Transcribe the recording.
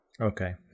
Okay